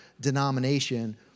denomination